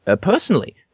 personally